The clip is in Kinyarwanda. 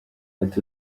ati